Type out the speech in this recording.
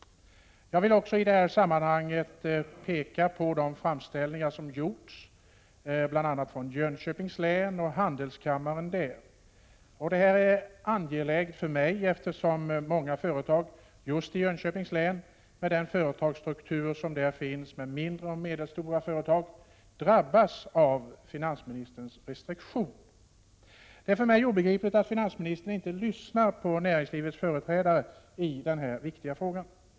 Jag vill också i detta sammanhang peka på de framställningar som gjorts bl.a. från handelskammaren i Jönköpings län. — Prot. 1987/88:49 Detta är angeläget för mig, eftersom många företag just i Jönköpings län, på — 12 januari 1988 grund av den företagsstruktur som finns där med mindre och medelstora företag, drabbas av finansministerns restriktion. Det är för mig obegripligt att finansministern inte lyssnar på näringslivets företrädare i denna viktiga fråga.